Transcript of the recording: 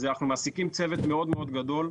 אנחנו מעסיקים צוות מאוד מאוד גדול.